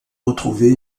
retrouver